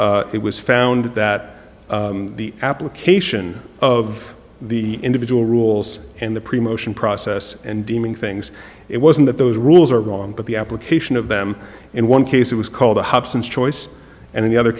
it was found that the application of the individual rules and the pre motion process and deeming things it wasn't that those rules were wrong but the application of them in one case it was called a hobson's choice and the other